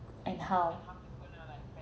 and how